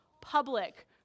public